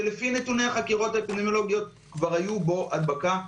שלפי נתוני החקירות האפידמיולוגיות כבר הייתה בו הדבקה.